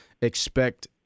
expect